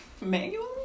manually